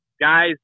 guys